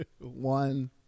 one